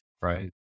right